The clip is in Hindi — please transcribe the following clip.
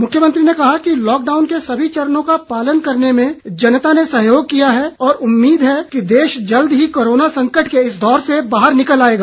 मुख्यमंत्री ने कहा कि लॉकडाउन के सभी चरणों का पालन करने में जनता ने सहयोग किया है और उम्मीद है कि देश जल्द ही कोरोना संकट के इस दौर से बाहर निकल आएगा